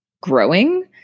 growing